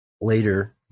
later